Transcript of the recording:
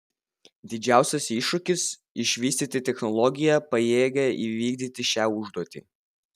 didžiausias iššūkis išvystyti technologiją pajėgią įvykdyti šią užduotį